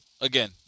again